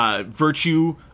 Virtue